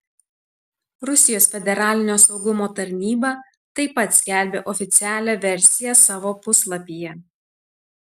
rusijos federalinio saugumo tarnyba taip pat skelbia oficialią versiją savo puslapyje